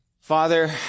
Father